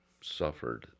suffered